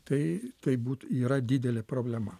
tai tai būt yra didelė problema